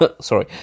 sorry